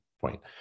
point